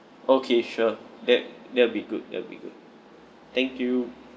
okay sure that that'll be good that'll be good thank you